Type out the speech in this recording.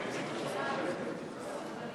הפטר לחייב מוגבל באמצעים),